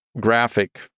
graphic